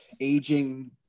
aging